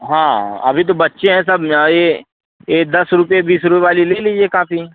हाँ अभी तो बच्चे हैं सब ये यही दस रुपये बीस रुपये वाली ले लीजिए कापी